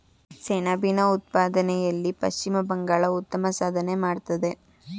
ಸೆಣಬಿನ ಉತ್ಪಾದನೆಯಲ್ಲಿ ಪಶ್ಚಿಮ ಬಂಗಾಳ ಉತ್ತಮ ಸಾಧನೆ ಮಾಡತ್ತದೆ